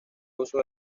uso